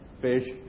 Fish